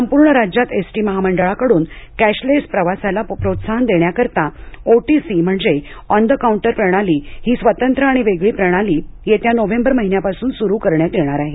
संपूर्ण राज्यात एसटी महामंडळाकडून कॅशलेस प्रवासाला प्रोत्साहन देण्याकरिता ओ टी सी म्हणजे ऑन द काउंटर प्रणाली ही स्वतंत्र आणि वेगळी प्रणाली येत्या नोव्हेंबर महिन्यापासून सुरू करण्यात येणार आहे